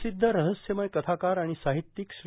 प्रसिद्ध रहस्यमय कथाकार आणि साहित्यिक श्री